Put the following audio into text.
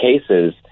cases